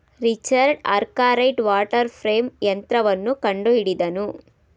Richard Arkwright water frame ಯಂತ್ರವನ್ನು ಕಂಡುಹಿಡಿದನು